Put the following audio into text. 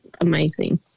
amazing